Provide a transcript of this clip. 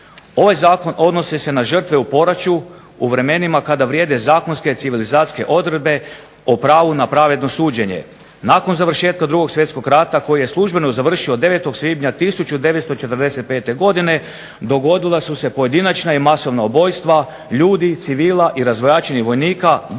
Ovaj zakon odnosi se na žrtve u poraću u vremenima kada vrijede zakonske civilizacijske odredbe o pravu na pravedno suđenje. Nakon završetka 2. svjetskog rata koji je službeno završio 9. svibnja 1945. godine dogodila su se pojedinačna i masovna ubojstva ljudi, civila i razvojačenih vojnika bez